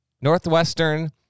Northwestern